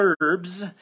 verbs